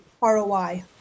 ROI